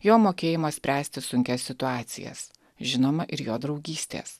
jo mokėjimas spręsti sunkias situacijas žinoma ir jo draugystės